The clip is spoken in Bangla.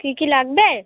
কী কী লাগবে